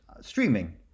streaming